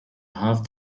half